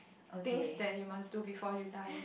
things that you must do before you die